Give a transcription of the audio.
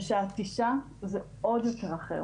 וכשאת אישה זה עוד יותר אחר.